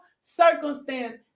circumstance